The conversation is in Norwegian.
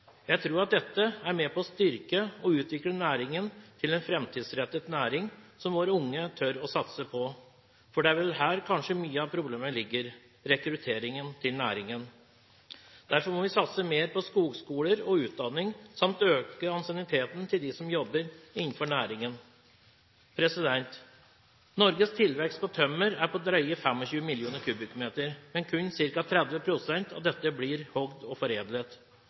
Jeg tror at dette er med på å styrke og utvikle næringen til en framtidsrettet næring som våre unge tør å satse på, for det er vel kanskje her mye av problemet ligger – rekrutteringen til næringen. Derfor må vi satse mer på skogskoler og utdanning samt øke ansienniteten til de som jobber innenfor næringen. Norges tilvekst av tømmer er på drøye 25 mill. m3, men kun ca. 30 pst. av dette blir hogd og foredlet.